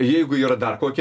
jeigu yra dar kokia